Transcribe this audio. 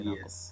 Yes